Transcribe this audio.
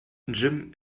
jim